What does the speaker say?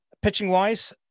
Pitching-wise